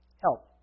help